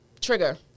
trigger